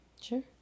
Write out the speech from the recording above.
Sure